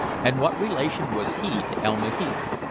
and what relation was he to elma heath?